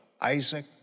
Isaac